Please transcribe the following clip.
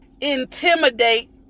intimidate